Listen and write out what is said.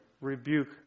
rebuke